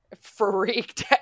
freaked